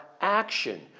action